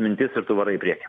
mintis ir tu varai į priekį